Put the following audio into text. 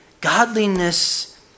Godliness